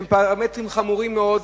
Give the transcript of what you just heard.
שהם פרמטרים חמורים מאוד,